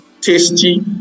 tasty